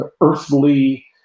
earthly